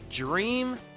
dream